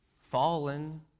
fallen